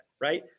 right